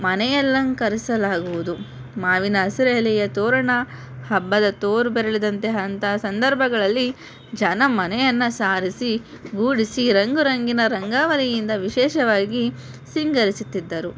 ಮನೆ ಅಲಂಕರಿಸಲಾಗುವುದು ಮಾವಿನ ಹಸಿರೆಲೆಯ ತೋರಣ ಹಬ್ಬದ ತೋರ್ ಬೆರಳಿದಂತೆ ಅಂತಹ ಸಂದರ್ಭಗಳಲ್ಲಿ ಜನ ಮನೆಯನ್ನು ಸಾರಿಸಿ ಗುಡಿಸಿ ರಂಗು ರಂಗಿನ ರಂಗವಲ್ಲಿಯಿಂದ ವಿಶೇಷವಾಗಿ ಸಿಂಗರಿಸುತ್ತಿದ್ದರು